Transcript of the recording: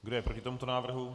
Kdo je proti tomuto návrhu?